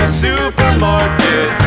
supermarket